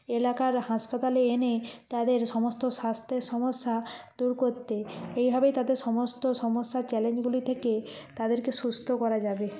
এলাকার হাসপাতালে এনে তাদের সমস্ত স্বাস্থ্যের সমস্যা দূর করতে এই ভাবেই তাদের সমস্ত সমস্যার চ্যালেঞ্জগুলি থেকে তাদেরকে সুস্থ করা যাবে